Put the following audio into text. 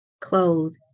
clothed